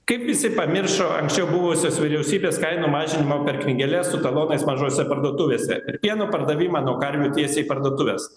kaip visi pamiršo anksčiau buvusios vyriausybės kainų mažinimo per knygeles su talonais mažose parduotuvėse pieno pardavimą nuo karvių tiesiai į parduotuves